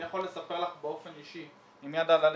אני יכול לספר לך באופן אישי עם יד על הלב,